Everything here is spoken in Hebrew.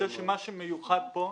אני חושב שמה שמיוחד פה,